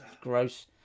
gross